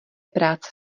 práce